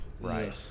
right